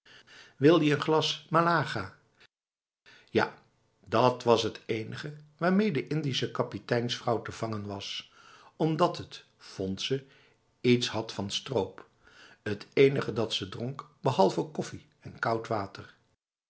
wil je n glas malaga ja dat was het enige waarmee de indische kapiteinsvrouw te vangen was omdat het vond ze iets had van stroop het enige dat ze dronk behalve koffie en koud water